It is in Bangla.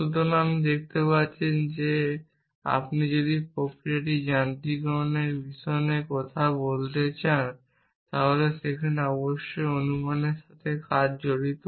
আপনি দেখতে পাচ্ছেন যে আপনি যদি এই প্রক্রিয়াটিকে যান্ত্রিকীকরণের বিষয়ে কথা বলতে চান তবে সেখানে কিছুটা অনুমানের কাজ জড়িত